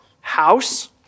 House